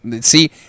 See